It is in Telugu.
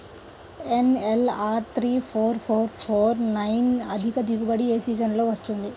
NLR three four four four nine అధిక దిగుబడి ఏ సీజన్లలో వస్తుంది?